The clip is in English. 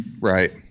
right